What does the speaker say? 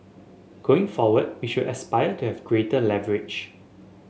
going forward we should aspire to have greater leverage